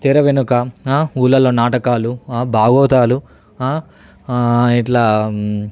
తెర వెనుక ఊళ్ళలో నాటకాలు భాగవతాలు ఇట్లా